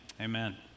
amen